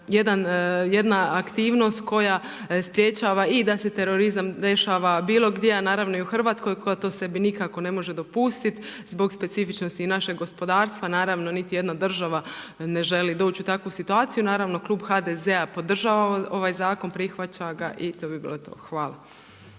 jedna aktivnost koja sprečava i da se terorizam dešava bolo gdje a naravno i u Hrvatskoj, koja to sebi nikako ne može dopustiti, zbog specifičnosti našeg gospodarstva. Naravno, niti jedna država ne želi doći u takvu situaciju. Naravno, klub HDZ-a podržava ovaj zakon, prihvaća ga i to bi bilo to. Hvala.